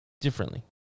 differently